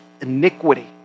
iniquity